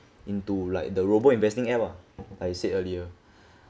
into like the robo investing app ah like I said earlier